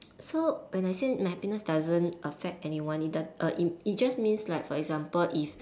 so when I say my happiness doesn't affect anyone it doesn~ it just means like for example if